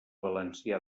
valencià